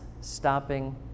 stopping